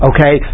Okay